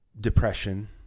depression